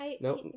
Nope